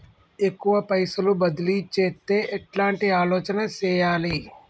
ఎక్కువ పైసలు బదిలీ చేత్తే ఎట్లాంటి ఆలోచన సేయాలి?